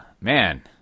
man